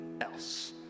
else